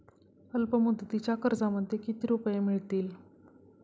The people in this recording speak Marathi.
अल्पमुदतीच्या कर्जामध्ये किती रुपये मिळतील?